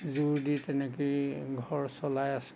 জোৰ দি তেনেকৈয়ে ঘৰ চলাই আছে